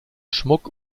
schmuck